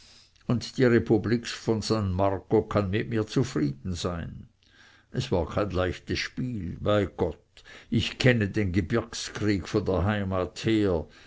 und die republik von san marco kann mit mir zufrieden sein es war kein leichtes spiel bei gott ich kenne den gebirgskrieg von der heimat her